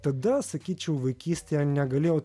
tada sakyčiau vaikystėje negalėjau